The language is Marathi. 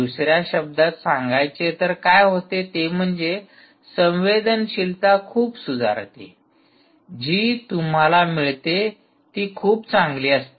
दुसऱ्या शब्दांत सांगायचे तर काय होते ते म्हणजे संवेदनशीलता खूप सुधारते जी तुम्हाला मिळते ती खूप चांगली असते